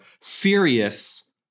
serious